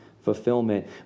fulfillment